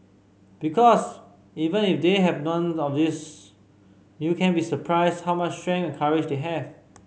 because even if they have none of those you can be surprised how much strength and courage they have